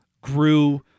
grew